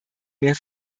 mehr